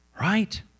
right